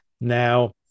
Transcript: now